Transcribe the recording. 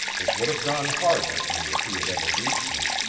it would have gone hard with me if he had ever reached me,